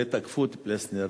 הרי תקפו את פלסנר,